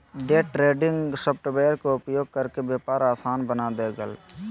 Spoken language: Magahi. डे ट्रेडिंग सॉफ्टवेयर के उपयोग करके व्यापार आसान बना देल गेलय